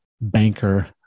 banker